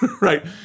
right